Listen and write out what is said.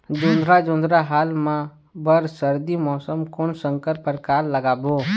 जोंधरा जोन्धरा हाल मा बर सर्दी मौसम कोन संकर परकार लगाबो?